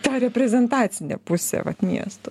tą reprezentacinė pusė vat miestu